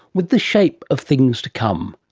with the shape of things to come.